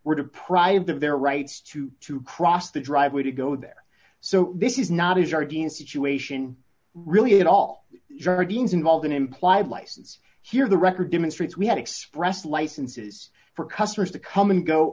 were deprived of their rights to to cross the driveway to go there so this is not his guardian situation really it all means involve an implied license here the record demonstrates we have expressed licenses for customers to come and go